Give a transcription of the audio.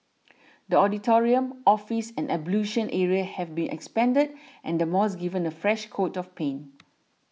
the auditorium office and ablution area have been expanded and the mosque given a fresh coat of paint